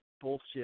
bullshit